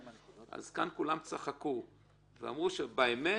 אז כאן כולם צחקו ואמרו שבאמת